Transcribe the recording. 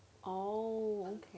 oh okay